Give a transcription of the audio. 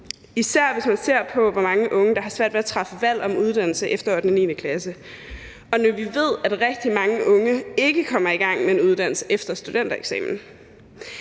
især hvis man ser på, hvor mange unge der har svært ved at træffe valg om uddannelse efter 8.-9. klasse, og når vi ved, at rigtig mange unge ikke kommer i gang med en uddannelse efter studentereksamen.